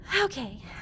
Okay